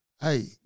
hey